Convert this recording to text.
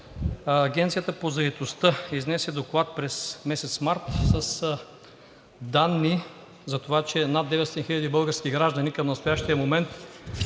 Агенцията по заетостта изнесе доклад през месец март с данни за това, че над 900 хиляди български граждани към настоящия момент